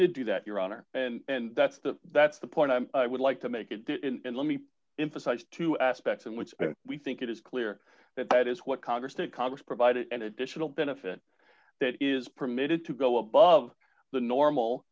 to do that your honor and that's the that's the point i'm i would like to make it and let me emphasize two aspects in which we think it is clear that that is what congress and congress provided an additional benefit that is permitted to go above the normal